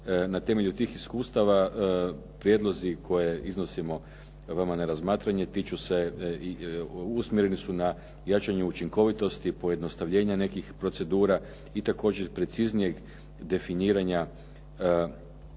Na temelju tih iskustava prijedlozi koje iznosimo vama na razmatranje tiču se, usmjereni su na jačanje učinkovitosti, pojednostavljenja nekih procedura i također preciznijeg definiranja nekih